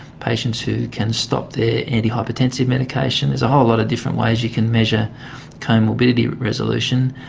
patients who can stop their antihypertensive medication, there's a whole lot of different ways you can measure comorbidity resolution.